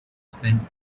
spent